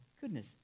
goodness